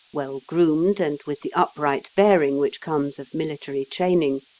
well groomed, and with the upright bearing which comes of military training,